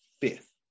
fifth